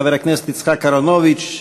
חבר הכנסת יצחק אהרונוביץ,